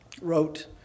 wrote